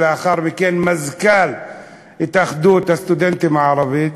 ולאחר מכן מזכ"ל התאחדות הסטודנטים הערבים.